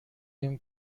اون